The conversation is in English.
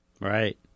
Right